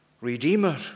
redeemer